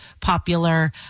popular